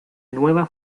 nueva